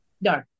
no